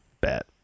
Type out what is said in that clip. Bet